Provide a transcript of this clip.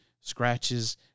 scratches